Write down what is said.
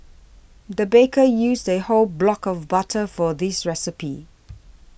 the baker used a whole block of butter for this recipe